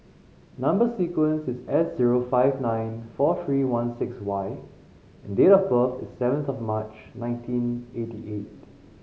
number sequence is S zero five nine four three one six Y and date of birth is seventh of March nineteen eighty eight